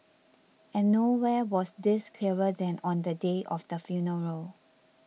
and nowhere was this clearer than on the day of the funeral